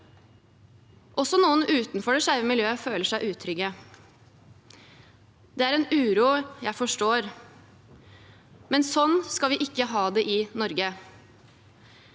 Også noen utenfor det skeive miljøet føler seg utrygge, og det er en uro jeg forstår. Slik skal vi ikke ha det i Norge.